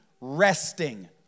resting